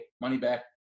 money-back